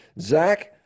Zach